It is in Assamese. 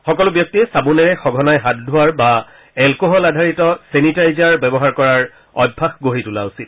সকলো ব্যক্তিয়ে চাবোনেৰে সঘনাই হাত ধোৱাৰ বা এলকহল আধাৰিত চেনিটাইজাৰ ব্যৱহাৰ কৰাৰ অভ্যাস গঢ়ি তোলা উচিত